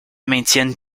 maintiennent